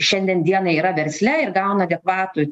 šiandien dienai yra versle ir gauna adekvatų